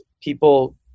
People